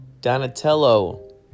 Donatello